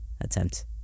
attempt